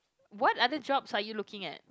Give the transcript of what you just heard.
what other jobs are you looking at